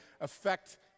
affect